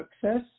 success